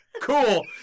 Cool